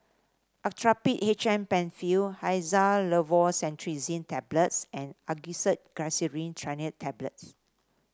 Actrapid H M Penfill Xyzal Levocetirizine Tablets and Angised Glyceryl Trinitrate Tablets